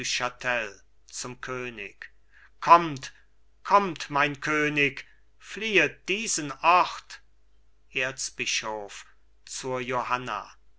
chatel zum könig kommt kommt mein könig fliehet diesen ort erzbischof zur johanna